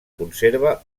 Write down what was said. conserva